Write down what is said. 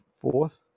Fourth